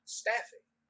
staffing